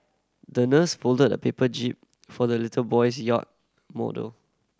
the nurse folded a paper jib for the little boy's yacht model